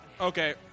Okay